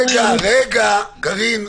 רגע, קארין,